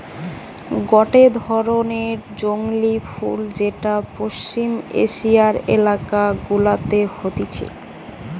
গটে ধরণের জংলী ফুল যেটা পশ্চিম এশিয়ার এলাকা গুলাতে হতিছে